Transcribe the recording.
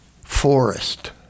forest